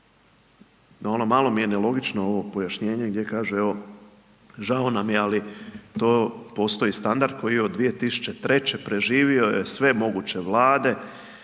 Vlade. Malo mi je nelogično ovo pojašnjenje gdje kaže, evo žao nam je ali to postoji standard koji je od 2003., preživio je sve moguće Vlade,